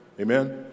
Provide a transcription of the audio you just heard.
Amen